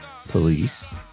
police